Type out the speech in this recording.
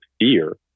fear